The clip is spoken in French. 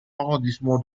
arrondissement